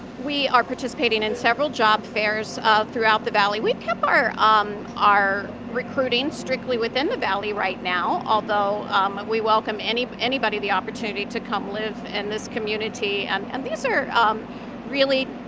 we are participating in several job fairs um throughout the valley. we've kept our um our recruiting strictly within the valley right now, although we welcome anybody the opportunity to come live in this community. and and these are really